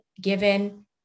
given